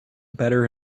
better